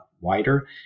wider